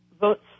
votes